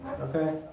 Okay